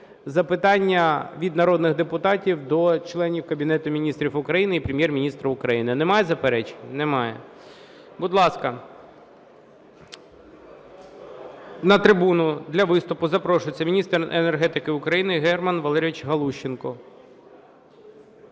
запитання від народних депутатів до членів Кабінету Міністрів України і Прем'єр-міністра України. Немає заперечень? Немає. Будь ласка, на трибуну для виступу запрошується міністр енергетики України Герман Валерійович Галущенко.